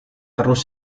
terus